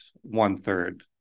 one-third